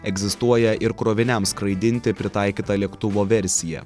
egzistuoja ir kroviniams skraidinti pritaikyta lėktuvo versija